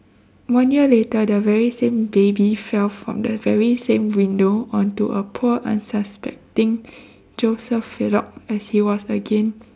one year later the very same baby fell from the very same window onto a poor unsuspecting joseph filok as he was again